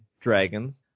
Dragons